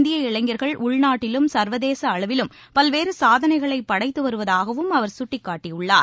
இந்திய இளைஞர்கள் உள்நாட்டிலும் சர்வதேச அளவிலும் பல்வேறு சாதனைகளை படைத்து வருவதாகவும் அவர் சுட்டிக்காட்டியுள்ளார்